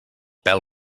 pèl